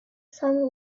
sam